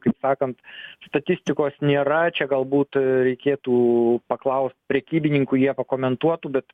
kaip sakant statistikos nėra čia galbūt reikėtų paklaust prekybininkų jie pakomentuotų bet